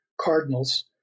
cardinals